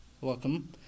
welcome